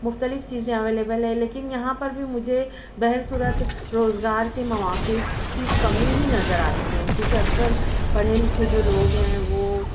مختلف چیزیں اویلیبل ہیں لیکن یہاں پر بھی مجھے بہر صورت روزگار کے مواقع کی کمی ہی نظر آتی ہیں کیونکہ اکثر پڑھے لکھے جو لوگ ہیں وہ